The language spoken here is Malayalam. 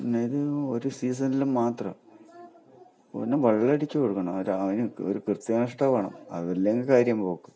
നെരു ഒരു സീസണിൽ മാത്രം പിന്നെ വെള്ളമടിച്ചു കൊടുക്കണം അതിന് ഒരു കൃത്യനിഷ്ഠ വേണം അത് ഇല്ലെങ്കിൽ കാര്യം പോക്ക്